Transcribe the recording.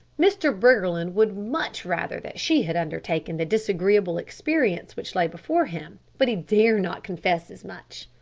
mr. briggerland would much rather that she had undertaken the disagreeable experience which lay before him, but he dare not confess as much.